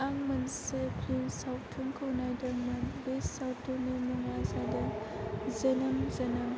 आं मोनसे फिल्म सावथुनखौ नायदोंमोन बे सावथुननि मुङा जादों 'जोनोम जोनोम'